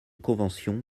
convention